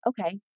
okay